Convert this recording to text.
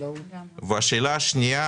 והשאלה השנייה